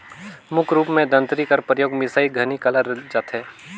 मुख रूप मे दँतरी कर परियोग मिसई घनी करल जाथे